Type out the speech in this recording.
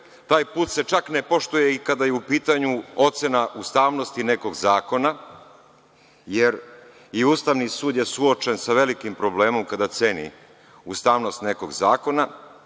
taj put se čak ne poštuje i kada je u pitanju ocena ustavnosti nekog zakona jer i Ustavni sud je suočen sa velikim problemom kada ceni ustavnost nekog zakona.